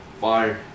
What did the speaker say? Fire